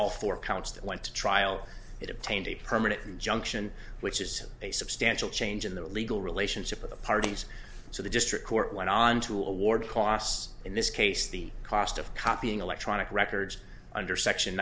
all four counts that went to trial it obtained a permanent injunction which is a substantial change in the legal relationship of the parties so the district court went on to award costs in this case the cost of copying electronic records under section